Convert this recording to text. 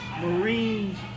Marines